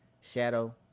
shadow